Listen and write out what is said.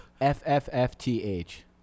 F-F-F-T-H